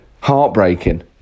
heartbreaking